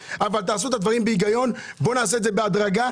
הדברים בהיגיון, בהדרגה.